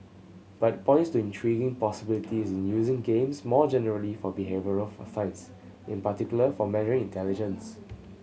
but points to intriguing possibilities in using games more generally for behavioural science in particular for measuring intelligence